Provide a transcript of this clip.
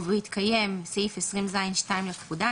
ובהתקיים סעיף 20ז(2) לפקודה,